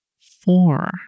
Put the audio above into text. four